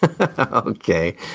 Okay